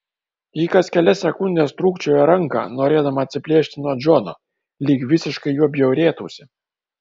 ji kas kelias sekundes trūkčiojo ranką norėdama atsiplėšti nuo džono lyg visiškai juo bjaurėtųsi